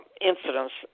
incidents